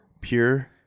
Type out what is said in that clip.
Pure